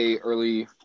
early